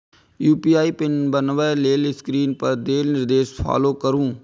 UPI PIN बनबै लेल screen पर देल निर्देश कें फॉलो करू